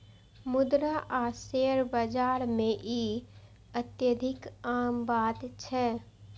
मुद्रा आ शेयर बाजार मे ई अत्यधिक आम बात छै